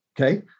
okay